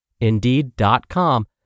Indeed.com